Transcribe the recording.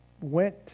Went